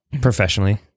professionally